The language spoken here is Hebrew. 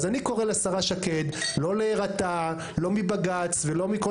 אז אני קורא לשרה שקד לא להירתע לא מבג"ץ ולא מכל